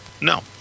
no